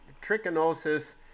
trichinosis